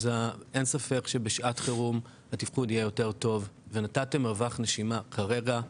אז אין ספק שבשעת חירום התפקוד יהיה יותר טוב ונתתם מרווח נשימה כרגע.